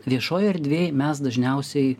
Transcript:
viešoj erdvėj mes dažniausiai